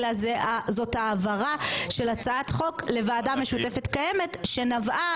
אלא זאת העברה של הצעת חוק לוועדה משותפת קיימת שנבעה